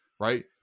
right